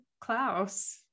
Klaus